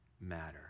matter